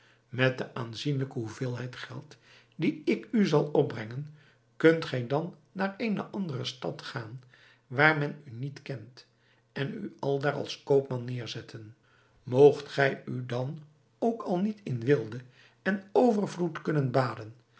met de aanzienlijke hoeveelheid geld die ik u zal opbrengen kunt gij dan naar eene andere stad gaan waar men u niet kent en u aldaar als koopman neêrzetten moogt gij u dan ook al niet in weelde en overvloed kunnen baden